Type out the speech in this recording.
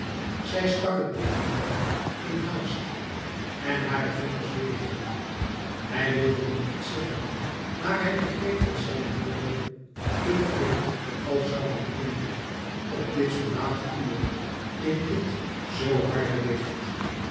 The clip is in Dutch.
zij stak het licht nu aan in haast en hare vingers beefden hij wilde nog iets zeggen maar hij begreep dat zijne woorden te vreemd al zouden klinken op dit zoo late uur in dit zoo harde licht